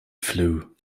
flew